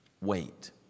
Wait